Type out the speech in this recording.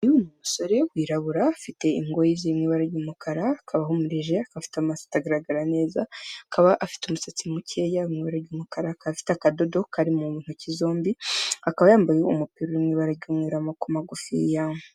Uyu ni umusore wirabura afite ingoyi ziri mu ibara ry'umukara, akaba ahumbije afite amaso atagaragara neza. Akaba afite umusatsi mukeya uri mu ibara ry'umukara. Akaba afite akadodo kari mu ntoki zombi, akaba yambaye umupira uri mu ibara ry'umweru wa maboko magufiya.